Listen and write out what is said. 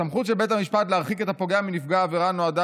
הסמכות של בית המשפט להרחיק את הפוגע מנפגע העבירה נועדה